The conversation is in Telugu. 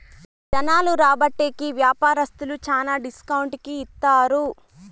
జనాలు రాబట్టే కి వ్యాపారస్తులు శ్యానా డిస్కౌంట్ కి ఇత్తారు